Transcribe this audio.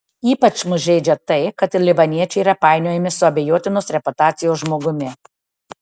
ypač mus žeidžia tai kad libaniečiai yra painiojami su abejotinos reputacijos žmogumi